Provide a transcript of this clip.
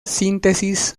síntesis